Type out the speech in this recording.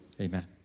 Amen